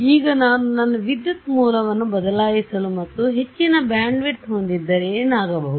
ಈಗ ನಾನು ನನ್ನ ವಿದ್ಯುತ್ ಮೂಲವನ್ನು ಬದಲಾಯಿಸಲು ಮತ್ತು ಹೆಚ್ಚಿನ ಬ್ಯಾಂಡ್ವಿಡ್ತ್ ಹೊಂದಿದರೆ ಏನಾಗಬಹುದು